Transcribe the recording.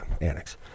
annex